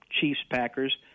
Chiefs-Packers